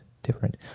different